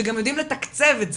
שגם יודעים לתקצב את זה,